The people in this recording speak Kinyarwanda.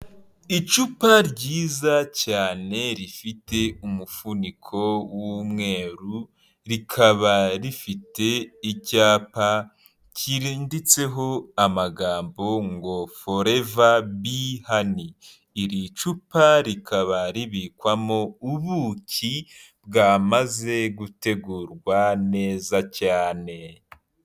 Icupa ryiza cyane rifite umufuniko w'umweru rikaba rifite icyapa kinditseho amagambo ngo foreva bi hani iri cupa rikaba ribikwamo ubuki bwamaze gutegurwa neza cyane.